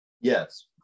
Yes